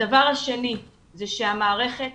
הדבר השני זה שמערכת